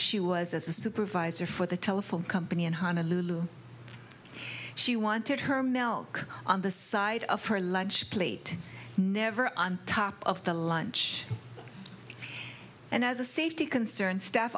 she was as a supervisor for the telephone company in honolulu she wanted her milk on the side of her lunch plate never on top of the lunch and as a safety concern staff